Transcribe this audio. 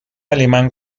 alemán